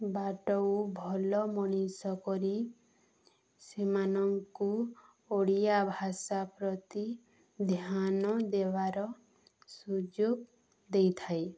ବାଟକୁ ଭଲ ମଣିଷ କରି ସେମାନଙ୍କୁ ଓଡ଼ିଆ ଭାଷା ପ୍ରତି ଧ୍ୟାନ ଦେବାର ସୁଯୋଗ ଦେଇଥାଏ